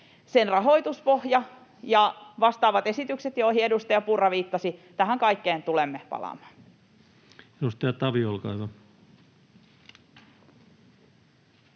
Sen rahoituspohjaan ja vastaaviin esityksiin, joihin edustaja Purra viittasi, kaikkiin tulemme palaamaan. [Speech 18] Speaker: